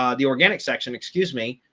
um the organic section, excuse me,